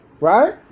Right